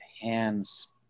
hands